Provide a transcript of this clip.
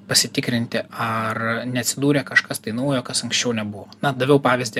pasitikrinti ar neatsidūrė kažkas tai naujo kas anksčiau nebuvo na daviau pavyzdį